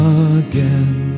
again